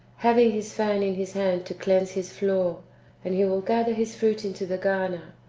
having his fan in his hand to cleanse his floor and he will gather his fruit into the garner,